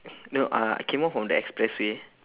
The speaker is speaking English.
no uh I came out from the expressway